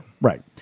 Right